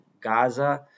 Gaza